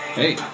hey